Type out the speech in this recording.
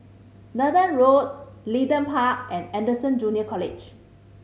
Nathan Road Leedon Park and Anderson Junior College